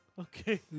Okay